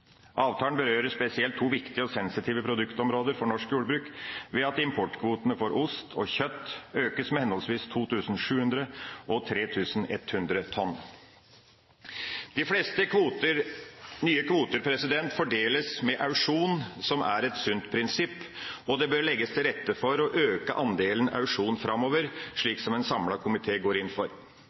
Avtalen berører spesielt to viktige og sensitive produktområder for norsk jordbruk ved at importkvotene for ost og kjøtt økes med henholdsvis 2 700 og 3 100 tonn. De fleste nye kvoter fordeles ved auksjon, som er et sunt prinsipp. Det bør legges til rette for å øke andelen auksjon framover, slik som en samlet komité går inn for.